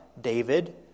David